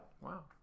wow